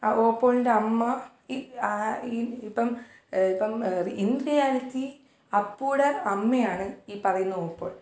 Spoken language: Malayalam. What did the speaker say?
ആ ഓപ്പോളിന്റമ്മ ഇ ഈ ഇപ്പം ഇപ്പം ഇൻ റിയാലിറ്റി അപ്പൂടെ അമ്മയാണ് ഈ പറയുന്ന ഓപ്പോൾ